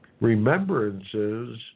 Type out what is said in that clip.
remembrances